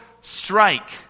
strike